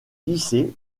hissé